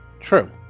True